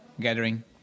gathering